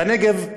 בנגב,